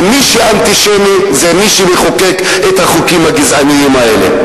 מי שאנטישמי זה מי שמחוקק את החוקים הגזעניים האלה.